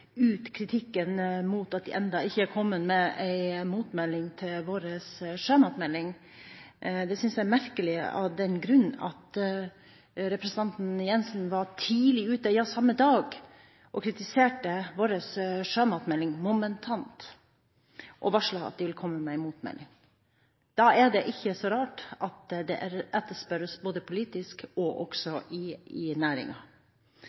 ut kritikken mot at de enda ikke er kommet med en motmelding til vår sjømatmelding på. Jeg synes det er merkelig av den grunn at representanten Bakke-Jensen var tidlig ute – ja, samme dag – og kritiserte vår sjømatmelding momentant, og varslet at de ville komme med en motmelding. Da er det ikke så rart at den etterspørres både politisk og også